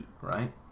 right